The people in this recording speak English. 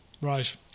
Right